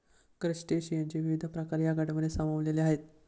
क्रस्टेशियनचे विविध प्रकार या गटांमध्ये सामावलेले आहेत